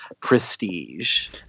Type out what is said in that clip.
prestige